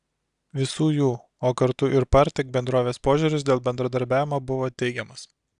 visų jų o kartu ir partek bendrovės požiūris dėl bendradarbiavimo buvo teigiamas